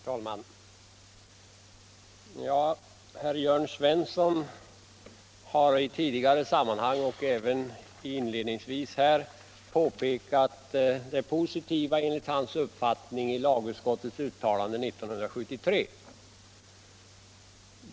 Herr talman! Herr Jörn Svensson har i tidigare sammanhang, och även inledningsvis här, påpekat det enligt hans uppfattning positiva i lagutskottets uttalande 1973.